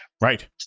Right